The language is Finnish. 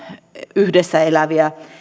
yhdessä eläviä